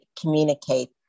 communicate